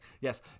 yes